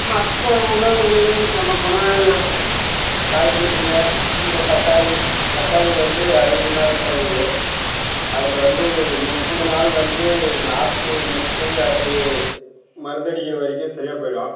மற்ற உணவுங்களில்ன்னு சொல்லப் போனால் காய்கறிங்கள் இந்த தக்காளி தக்காளி வந்து அறுபது நாள் பயிர் அதில் வந்து முப்பது நாள் வந்து நாற்று நட்டு அதை மருந்தடிக்கிற வரைக்கும் சரியாக போய்விடும்